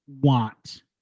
want